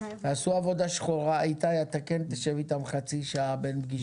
תעשו עבודה שחורה איתי אתה כן תשב איתם חצי שעה בין פגישות.